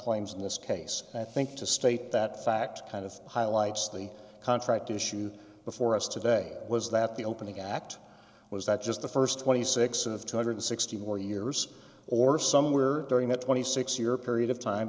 claims in this case i think to state that fact kind of highlights the contract issue before us today was that the opening act was that just the st twenty six dollars of two hundred and sixty four years or somewhere during that twenty six year period of time